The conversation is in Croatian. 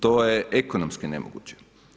To je ekonomski nemoguće.